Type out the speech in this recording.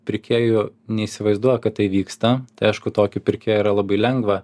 pirkėjų neįsivaizduoja kad tai vyksta tai aišku tokį pirkėją yra labai lengva